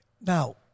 Now